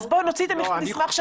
נוציא את המסמך.